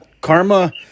Karma